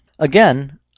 Again